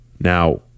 Now